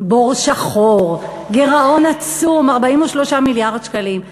בור שחור, גירעון עצום, 43 מיליארד שקלים.